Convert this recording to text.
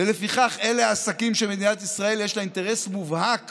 ולפיכך אלה העסקים שלמדינת ישראל יש אינטרס מובהק